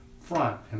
front